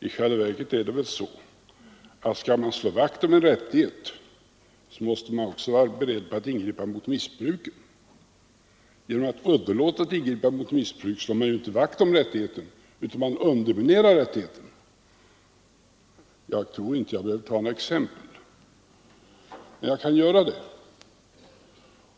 I själva verket är det så, att skall man slå vakt om en rättighet, måste man också vara beredd att ingripa mot missbruk av den. Genom att underlåta att ingripa mot missbruket slår man inte vakt om rättigheten, utan underminerar rättigheten. Jag tror inte jag behöver ge några exempel, men jag kan ändå göra det.